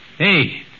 Hey